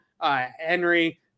Henry